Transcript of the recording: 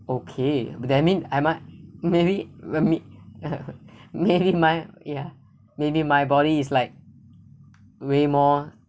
okay but then I mean I might maybe let me maybe my ya maybe my body is like way more